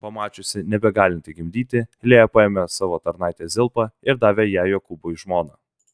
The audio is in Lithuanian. pamačiusi nebegalinti gimdyti lėja paėmė savo tarnaitę zilpą ir davė ją jokūbui žmona